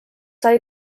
sai